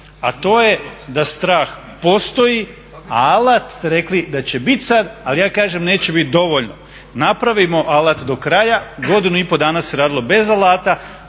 a to je da strah postoji, a alat ste rekli da će biti sada, ali ja kažem neće biti dovoljno. Napravimo alat do kraja godinu i pol dana se radilo bez alata,